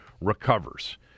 recovers